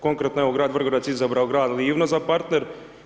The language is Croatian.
Konkretno, evo grad Vrgorac je izabrao grad Livno za partner.